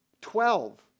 Twelve